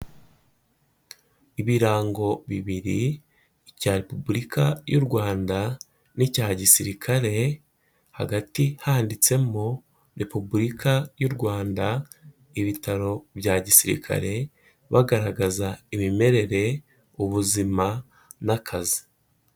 Ibirango bibiri, icya Repubulika y'u Rwanda n'icya gisirikare, hagati handitsemo Repubulika y'u Rwanda, ibitaro bya gisirikare, bagaragaza imimerere, ubuzima n'akazi.